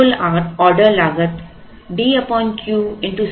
कुल ऑर्डर लागत D Q C naught के बराबर है